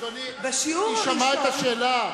אדוני, היא שמעה את השאלה.